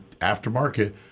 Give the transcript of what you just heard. aftermarket